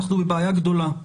אנחנו בבעיה גדולה,